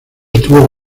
estuvo